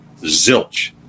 zilch